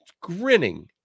grinning